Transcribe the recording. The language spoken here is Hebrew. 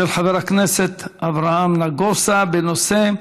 של חבר הכנסת אברהם נגוסה, בנושא: